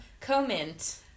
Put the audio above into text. Comment